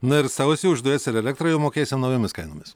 na ir sausį už dujas ir elektrą jau mokėsim naujomis kainomis